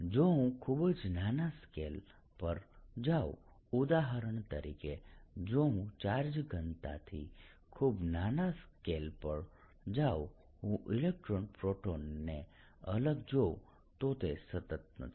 જો હું ખૂબ જ નાના સ્કેલ પર જાઉં ઉદાહરણ તરીકે જો હું ચાર્જ ઘનતાથી ખૂબ નાના સ્કેલ પર જાઉં હું ઇલેક્ટ્રોન પ્રોટોનને અલગ જોઉં તો તે સતત નથી